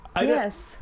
Yes